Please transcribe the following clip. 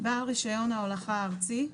"בעל רישיון ההולכה הארצי"